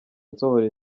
nsohora